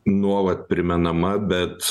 nuolat primenama bet